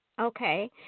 Okay